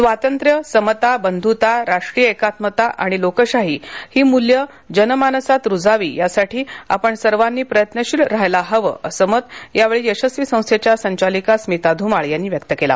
स्वातंत्र्य समता बंधुता राष्ट्रीय एकात्मता आणि लोकशाही हि मूल्ये जनमानसात रूजावी यासाठी आपण सर्वांनी प्रयत्नशील राहायला हवे असे मत यावेळी यशस्वी संस्थेच्या संचालिका स्मिता धुमाळ यांनी व्यक्त केले